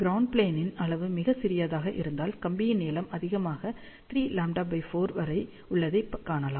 ground ப்ளேனின் அளவு மிகச் சிறியதாக இருந்தால் கம்பி நீளம் அதிகமாக 3λ4 வரை உள்ளதை காணலாம்